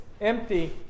empty